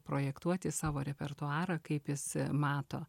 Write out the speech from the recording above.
projektuoti savo repertuarą kaip jis mato